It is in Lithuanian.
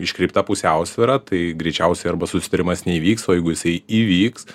iškreipta pusiausvyra tai greičiausiai arba susitarimas neįvyks o jeigu jisai įvyks